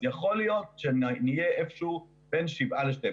אם כן, יכול להיות שנהיה בין שבעה ל-12.